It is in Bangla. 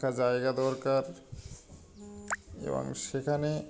একটা জায়গা দরকার এবং সেখানে